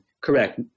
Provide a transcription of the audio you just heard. Correct